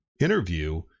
interview